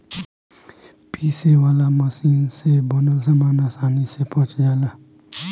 पीसे वाला मशीन से बनल सामान आसानी से पच जाला